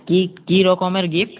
কী কী রকমের গিফট